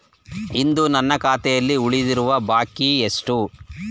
ಇಂದು ನನ್ನ ಖಾತೆಯಲ್ಲಿ ಉಳಿದಿರುವ ಬಾಕಿ ಎಷ್ಟು?